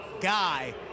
guy